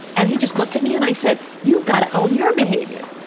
and he just looked at me, and i said, you've got to own your behavior.